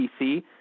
PC